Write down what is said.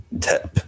tip